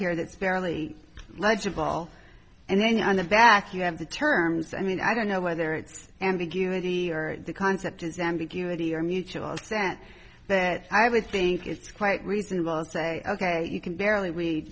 here that's barely legible and then on the back you have the terms i mean i don't know whether it's ambiguity or the concept is ambiguity or mutual assent that i would think it's quite reasonable to say ok you can barely read